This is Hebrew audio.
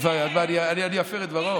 ואני אפר את דברו?